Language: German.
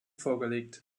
vorgelegt